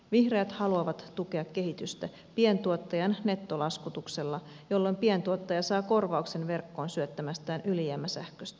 vihreät haluavat tukea kehitystä pientuottajan nettolaskutuksella jolloin pientuottaja saa korvauksen verkkoon syöttämästään ylijäämäsähköstä